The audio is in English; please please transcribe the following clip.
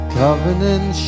covenant